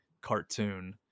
cartoon